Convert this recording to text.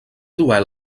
duel